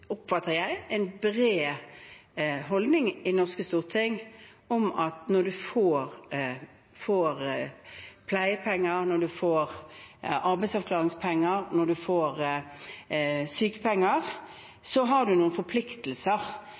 bred holdning i norske storting om at når man får pleiepenger, når man får arbeidsavklaringspenger, når man får sykepenger, har man noen forpliktelser.